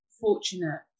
fortunate